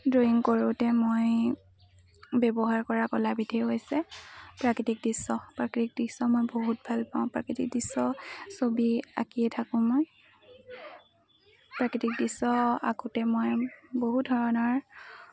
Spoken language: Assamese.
ড্ৰয়িং কৰোঁতে মই ব্যৱহাৰ কৰা কলাাবিধেই গ হৈছে প্ৰাকৃতিক দৃশ্য প্ৰাকৃতিক দৃশ্য মই বহুত ভাল পাওঁ প্ৰাকৃতিক দৃশ্য ছবি আঁকিয়ে থাকোঁ মই প্ৰাকৃতিক দৃশ্য আঁকোঁতে মই বহু ধৰণৰ